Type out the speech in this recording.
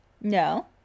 No